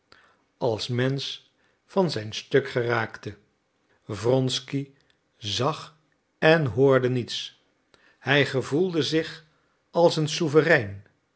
als mensch van zijn stuk geraakte wronsky zag en hoorde niets hij gevoelde zich als een souverein